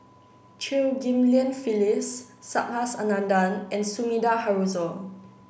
Chew Ghim Lian Phyllis Subhas Anandan and Sumida Haruzo